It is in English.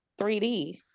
3D